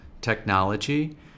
technology